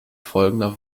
folgender